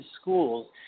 schools